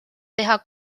teha